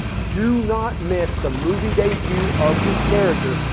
do not miss the movie debut of this character.